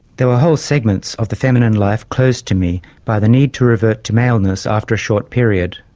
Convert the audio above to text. there were whole segments of the feminine life closed to me by the need to revert to maleness after a short period,